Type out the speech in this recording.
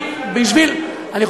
בשביל, מי רוקד על הדם?